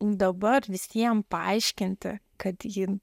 dabar visiem paaiškinti kad ji